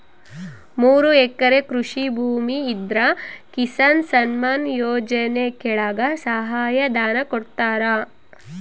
ಮೂರು ಎಕರೆ ಕೃಷಿ ಭೂಮಿ ಇದ್ರ ಕಿಸಾನ್ ಸನ್ಮಾನ್ ಯೋಜನೆ ಕೆಳಗ ಸಹಾಯ ಧನ ಕೊಡ್ತಾರ